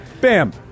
Bam